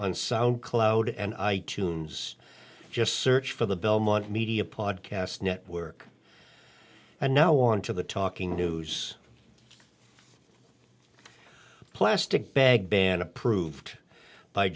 on sound cloud and i tunes just search for the belmont media podcast network and now on to the talking news plastic bag ban approved by